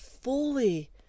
fully